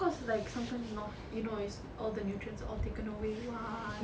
because like sometimes you know you know it's all the nutrients all taken away why